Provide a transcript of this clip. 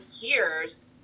years